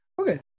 Okay